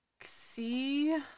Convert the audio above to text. see